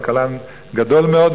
כלכלן גדול מאוד מאוד,